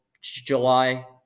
July